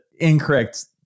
incorrect